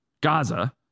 Gaza